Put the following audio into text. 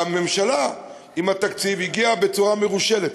הממשלה הגיעה עם התקציב בצורה מרושלת.